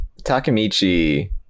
Takemichi